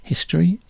History